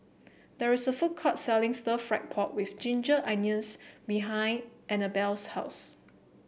there is a food court selling Stir Fried Pork with Ginger Onions behind Annabelle's house